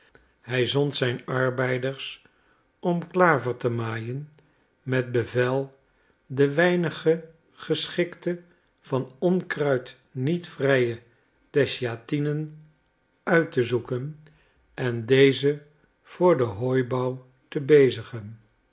hij zond zijn arbeiders om klaver te maaien met bevel de weinige geschikte van onkruid niet vrije desjatinen uit te zoeken en deze voor den hooibouw te